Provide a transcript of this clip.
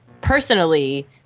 personally